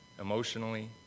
emotionally